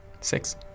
Six